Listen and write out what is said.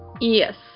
Yes